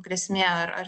grėsmė ar ar